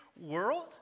world